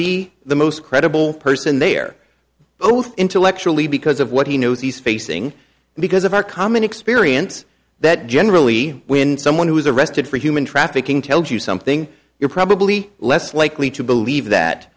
be the most credible person there both intellectually because of what he knows he's facing because of our common experience that generally when someone who is arrested for human trafficking tells you something you're probably less likely to believe that